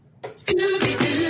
Scooby-Doo